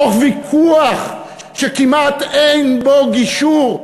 תוך ויכוח שכמעט אין בו גישור,